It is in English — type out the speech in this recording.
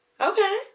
Okay